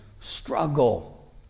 struggle